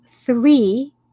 three